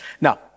Now